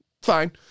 fine